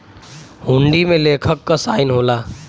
हुंडी में लेखक क साइन होला